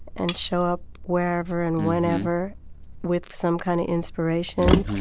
and show up wherever and whenever with some kind of inspiration,